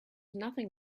nothing